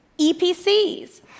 EPCs